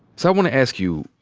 so i want to ask you,